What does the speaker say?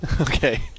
Okay